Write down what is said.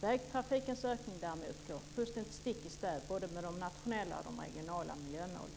Vägtrafikens ökning går däremot fullständigt stick i stäv både med de nationella och de regionala miljömålen.